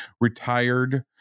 retired